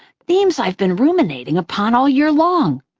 themes i've been ruminating upon all year long.